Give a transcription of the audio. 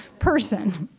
person.